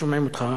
לא שומעים אותך,